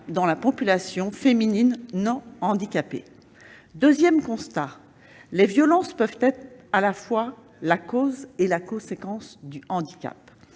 dans la population féminine non handicapée. Le deuxième constat est que les violences peuvent être à la fois la cause et la conséquence du handicap.